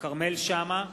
כרמל שאמה,